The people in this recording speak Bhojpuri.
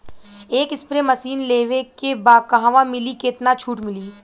एक स्प्रे मशीन लेवे के बा कहवा मिली केतना छूट मिली?